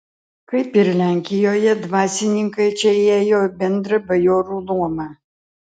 kaip ir lenkijoje dvasininkai čia įėjo į bendrą bajorų luomą